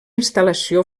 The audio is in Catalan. instal·lació